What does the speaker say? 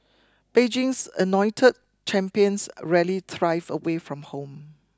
Beijing's anointed champions rarely thrive away from home